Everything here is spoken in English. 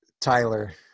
Tyler